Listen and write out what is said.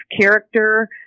character